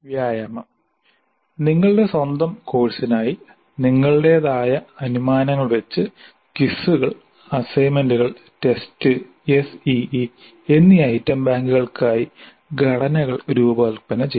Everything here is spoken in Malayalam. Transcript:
വ്യായാമം നിങ്ങളുടെ സ്വന്തം കോഴ്സിനായി നിങ്ങളുടെതായ അനുമാനങ്ങൾ വച്ച് ക്വിസുകൾ അസൈൻമെന്റുകൾ ടെസ്റ്റ് S E E എന്നീ ഐറ്റം ബാങ്കുകൾക്കായി ഘടനകൾ രൂപകൽപ്പന ചെയ്യുക